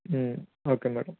okay madam